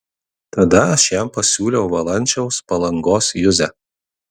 tada aš jam pasiūliau valančiaus palangos juzę